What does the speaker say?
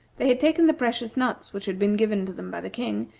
they had taken the precious nuts which had been given to them by the king,